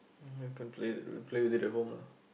you could play play with it at home lah